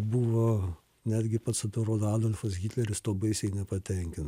buvo netgi pats atrodo adolfas hitleris tuo baisiai nepatenkintas